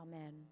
Amen